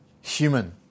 human